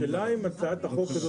השאלה היא אם הצעת החוק הזאת,